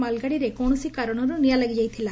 ମାଲଗାଡ଼ିରେ କୌଣସି କାରଣରୁ ନିଆଁ ଲାଗିଯାଇଥିଲା